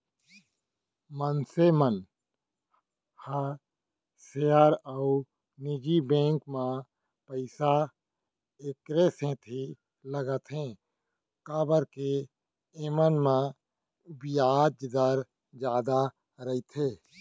मनसे मन ह सेयर अउ निजी बेंक म पइसा एकरे सेती लगाथें काबर के एमन म बियाज दर जादा रइथे